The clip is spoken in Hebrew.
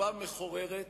קופה מחוררת,